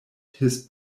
his